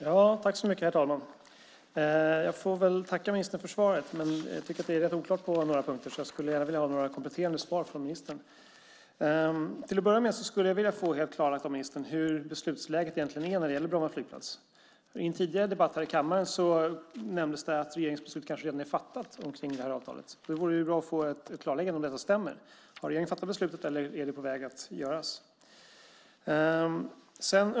Herr talman! Jag får tacka ministern för svaret. Jag tycker att det är rätt oklart på några punkter. Jag skulle gärna vilja ha några kompletterande svar från ministern. Till att börja med skulle jag vilja få helt klarlagt av ministern hur beslutsläget egentligen är när det gäller Bromma flygplats. I en tidigare debatt här i kammaren nämndes det att regeringens beslut redan är fattat om avtalet. Det vore bra att få ett klarläggande om detta stämmer. Har regeringen fattat beslutet, eller är det på väg att fattas?